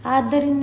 ಆದ್ದರಿಂದ 0